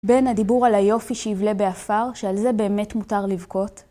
בין הדיבור על היופי שיבלע באפר, שעל זה באמת מותר לבכות.